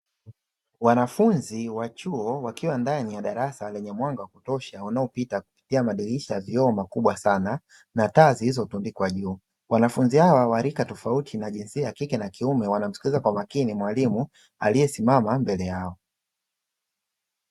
Wanafunzi wa chuo wakiwa ndani ya darasa lenye mwanga wa kutosha unaopita kupitia madirisha ya vioo makubwa sana na taa zilizotundikwa juu. Wanafunzi hawa wa rika tofauti na jinsia ya kike na kiume wanamsikiliza kwa makini mwalimu aliyesimama mbele yao.